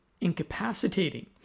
incapacitating